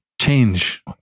change